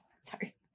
Sorry